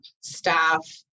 staff